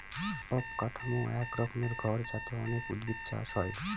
অবকাঠামো এক রকমের ঘর যাতে অনেক উদ্ভিদ চাষ হয়